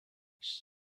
noise